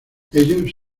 ellos